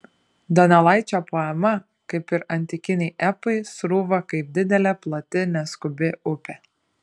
donelaičio poema kaip ir antikiniai epai srūva kaip didelė plati neskubi upė